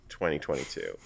2022